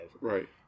Right